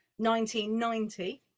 1990